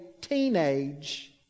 teenage